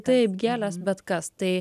taip gėlės bet kas tai